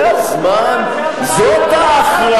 היה צריך לעשות את זה כבר